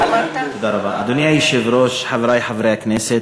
אדוני היושב-ראש, חברי חברי הכנסת,